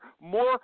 more